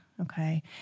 okay